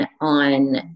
on